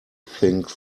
think